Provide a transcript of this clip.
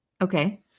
Okay